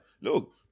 look